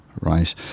right